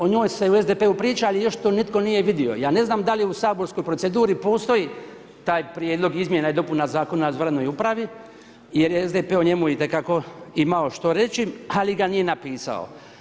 O njoj se u SDP-u priča ali još to nitko nije vidio, ja ne znam da li u saborskoj proceduri postoji taj prijedlog izmjena i dopuna Zakona o izvanrednoj upravi jer je SDP o njemu itekako imao što reći, ali ga nije napisao.